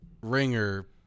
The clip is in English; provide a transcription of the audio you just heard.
ringer